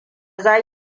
za